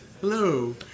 Hello